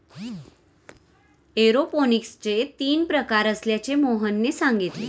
एरोपोनिक्सचे तीन प्रकार असल्याचे मोहनने सांगितले